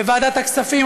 בוועדת הכספים,